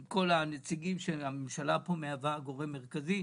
עם כל הנציגים שהממשלה פה מהווה גורם מרכזי.